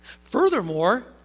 Furthermore